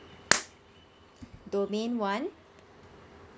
domain one